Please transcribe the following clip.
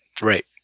Right